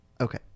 Okay